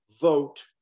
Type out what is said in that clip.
vote